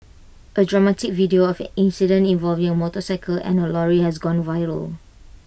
A dramatic video of an incident involving A motorcycle and A lorry has gone viral